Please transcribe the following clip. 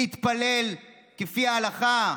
להתפלל כפי ההלכה?